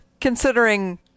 considering